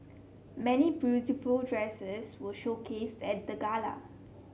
many beautiful dresses were showcased at the gala